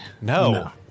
No